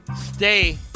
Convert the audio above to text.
stay